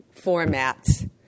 formats